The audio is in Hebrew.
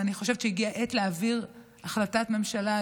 ואני חושבת שהגיעה העת להעביר החלטת ממשלה,